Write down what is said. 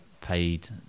paid